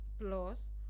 plus